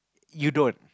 you don't